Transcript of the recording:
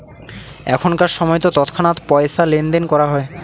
এখনকার সময়তো তৎক্ষণাৎ পয়সা লেনদেন করা হয়